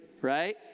right